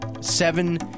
seven